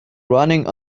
running